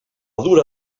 dura